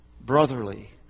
brotherly